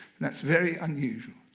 and that's very unusual.